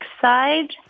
side